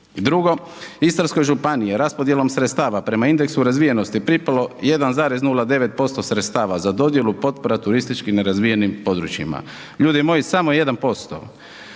drugo, Istarskoj županiji je raspodjelom sredstava prema indeksu razvijenosti pripalo 1,09% sredstava za dodjelu potpora turistički nerazvijenim područjima. Ljudi moji, samo 1%.